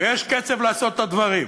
ויש קצב לעשות את הדברים,